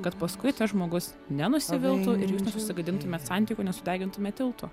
kad paskui tas žmogus nenusiviltų ir jūs nesusigadintumėt santykių nesudegintumėt tiltų